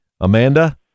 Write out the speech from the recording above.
Amanda